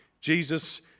Jesus